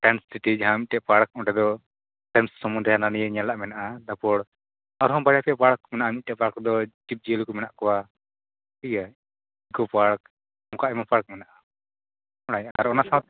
science city ᱡᱟᱦᱟᱸ ᱢᱤᱫᱴᱟᱝ park ᱚᱸᱰᱮ ᱫᱚ ᱥᱟᱭᱮᱱᱥ ᱥᱚᱢᱚᱱᱫᱷᱮ ᱦᱟᱱᱟ ᱱᱤᱭᱟᱹ ᱧᱮᱞᱟᱜ ᱢᱮᱱᱟᱜᱼᱟ ᱛᱟᱯᱚᱨ ᱟᱨᱦᱚᱸ ᱵᱟᱨᱭᱟ ᱯᱮᱭᱟ ᱯᱟᱨᱠ ᱢᱮᱱᱟᱜᱼᱟ ᱢᱤᱫᱴᱟ ᱝ ᱯᱟᱨᱠ ᱫᱚ ᱡᱤᱵᱽ ᱡᱤᱭᱟ ᱞᱤ ᱠᱚ ᱢᱮᱱᱟᱜ ᱠᱚᱣᱟ ᱴᱷᱤᱠ ᱜᱮᱭᱟ ᱤᱠᱳᱼᱯᱟᱨᱠ ᱚᱱᱠᱟ ᱟᱭᱢᱟ ᱯᱟᱲᱠ ᱢᱮᱱᱟᱜᱼᱟ ᱟᱨ ᱚᱱᱟ ᱥᱟᱶ